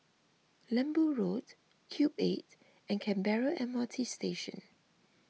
Lembu Road Cube eight and Canberra M R T Station